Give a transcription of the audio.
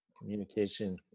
communication